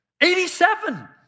87